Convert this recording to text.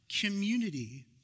community